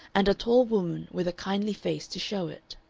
and a tall woman with a kindly face to show it.